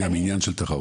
זה גם עניין של תחרות.